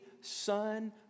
Son